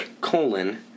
colon